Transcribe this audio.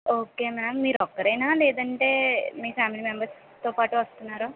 okay ma'am మీరు ఒక్కరా లేదంటే మీ ఫ్యామిలీ మెంబర్స్తో పాటు వస్తున్నారా